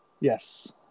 Yes